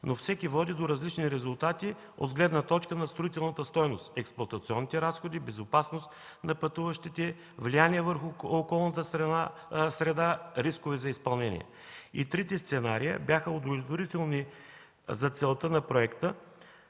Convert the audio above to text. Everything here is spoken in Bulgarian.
но всеки води до различни резултати от гледна точка на строителната стойност, експлоатационните разходи, безопасност на пътуващите, влияние върху околната среда, рискове за изпълнение. И трите сценария бяха удовлетворителни за целта на проекта,